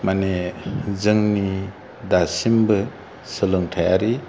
मानि जोंनि दासिमबो सोलोंथाइयारि